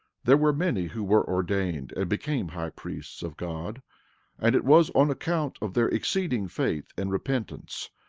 there were many who were ordained and became high priests of god and it was on account of their exceeding faith and repentance,